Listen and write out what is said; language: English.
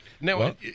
Now